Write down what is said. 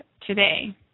today